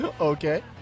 Okay